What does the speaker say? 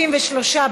הצעת